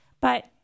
But-